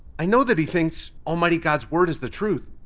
i know that he thinks almighty god's word is the truth,